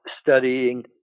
studying